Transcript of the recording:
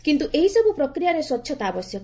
କିନ୍ତ୍ର ଏହିସବ୍ର ପ୍ରକ୍ରିୟାରେ ସ୍ୱଚ୍ଛତା ଆବଶ୍ୟକ